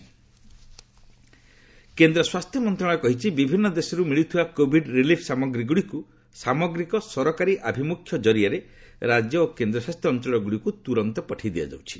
ଗଭ୍ supply states କେନ୍ଦ୍ର ସ୍ୱାସ୍ଥ୍ୟ ମନ୍ତ୍ରଣାଳୟ କହିଛି ବିଭିନ୍ନ ଦେଶରୁ ମିଳୁଥିବା କୋଭିଡ୍ ରିଲିଫ୍ ସାମଗ୍ରୀଗୁଡ଼ିକୁ ସାମଗ୍ରୀକ ସରକାରୀ ଆଭିମୁଖ୍ୟ କରିଆରେ ରାଜ୍ୟ ଓ କେନ୍ଦ୍ରଶାସିତ ଅଞ୍ଚଳଗୁଡ଼ିକୁ ପଠାଇ ଦିଆଯାଉଛି